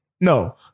No